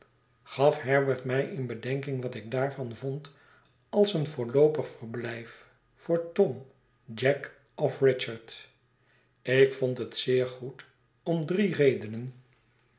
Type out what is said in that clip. gaf herbert mij in bedenking wat ik daarvan vond als een voorloopig verblijf voor tom jack of richard ik vond het zeer goed om drie redenen